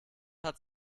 hat